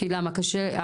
למה, כי זה קשה?